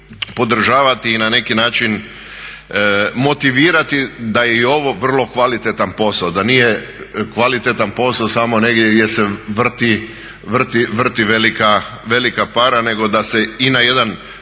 da je ovo vrlo kvalitetan posao, da nije kvalitetan posao samo negdje gdje se vrti velika para nego da se i na jedan